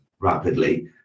rapidly